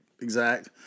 exact